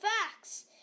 facts